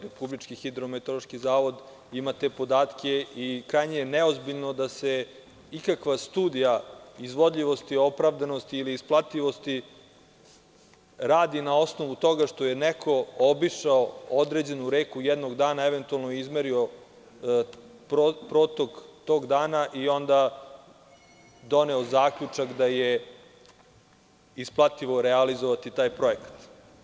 Republički hidrometeorološki zavod ima te podatke i krajnje je neozbiljno da se ikakva studija izvodljivosti, opravdanosti ili isplativosti radi na osnovu toga što je neko obišao određenu reku jednog dana i eventualno izmerio protok tog dana i onda doneo zaključak da je isplativo realizovati taj projekat.